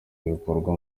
ibikorerwa